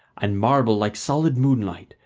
and marble like solid moonlight,